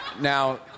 Now